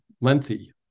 lengthy